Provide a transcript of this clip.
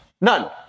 None